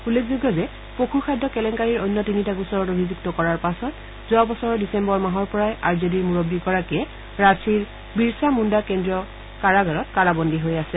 উল্লেখযোগ্য যে পশু খাদ্য কেলেংকাৰীৰ অন্য তিনিটা গোচৰত অভিযুক্ত কৰাৰ পিছত যোৱা বছৰৰ ডিচেম্বৰ মাহৰ পৰাই আৰ জে ডিৰ মুৰববী গৰাকীয়ে ৰাঁছিৰ বিৰছা মুন্দা কেন্দ্ৰীয় কাৰাগাৰত কাৰাবন্দী হৈ আছে